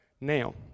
now